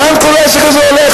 לאן כל העסק הזה הולך?